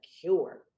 cure